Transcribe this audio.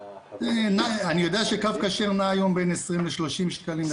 אני יודע שמחירו של קו כשר נע בין 20 ל-30 שקלים.